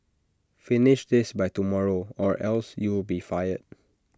finish this by tomorrow or else you'll be fired